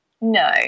no